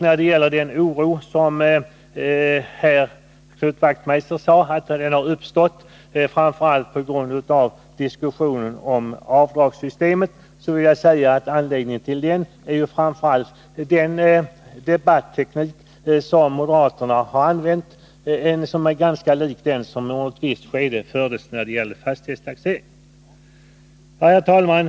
När det gäller den oro som Knut Wachtmeister sade redan hade uppstått framför allt på grund av diskussionen om avdragssystemet vill jag säga att anledningen till den först och främst är den debatteknik som moderaterna har använt, en debatteknik som är ganska lik den som under ett visst skede användes när det gällde fastighetstaxeringen. Herr talman!